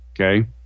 okay